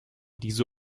diese